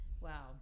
Wow